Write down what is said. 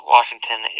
Washington